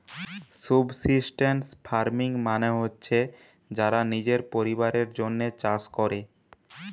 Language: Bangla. সুবসিস্টেন্স ফার্মিং মানে হচ্ছে যারা নিজের পরিবারের জন্যে চাষ কোরে